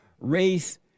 Race